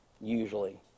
usually